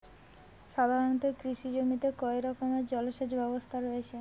সাধারণত কৃষি জমিতে কয় রকমের জল সেচ ব্যবস্থা রয়েছে?